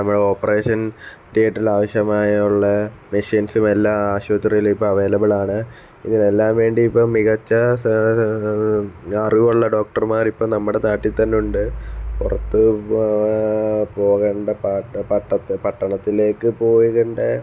നമ്മുടെ ഓപ്പറേഷന് തിയേറ്ററില് ആവശ്യമായ ഉള്ള മെഷീന്സും എല്ലാം ആശുപത്രിയിലും ഇപ്പോൾ അവൈലബിള് ആണ് ഇതിനെല്ലാം വേണ്ടി ഇപ്പോൾ മികച്ച അറിവുള്ള ഡോക്ടര്മാർ ഇപ്പോൾ നമ്മുടെ നാട്ടില് തന്നെ ഉണ്ട് പുറത്ത് പോകേണ്ട പട്ട പട്ടത്ത് പട്ടണത്തിലേക്ക് പോകണ്ട